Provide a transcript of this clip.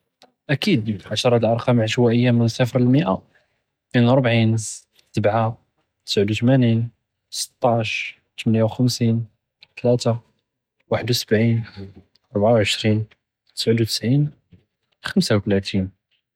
אקיד عشרא אראקאם عشואיה מן צפר למיא, תנין ו רבעין, סבעה, תסעוד ו תמאנין, סטאש, תמניה ו חמסין, תלאתה, ואחד ו סבעין, ארבעה ו עשרין, תסעוד ו תסעין, חמסה ו תלאתין.